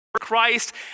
Christ